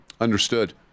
Understood